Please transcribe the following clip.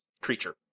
creature